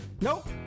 Nope